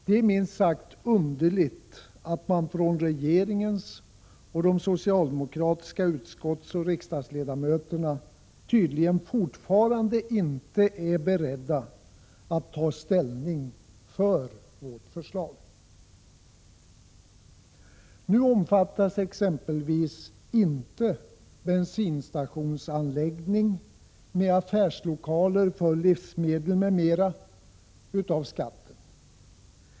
Det är minst sagt underligt att regeringen och de socialdemokratiska riksdagsledamöterna tydligen ännu inte är beredda att ta ställning till förmån för vårt förslag. Nu omfattas exempelvis inte bensinstation med affärslokaler för livsmedel m.m. av skatten.